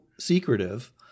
secretive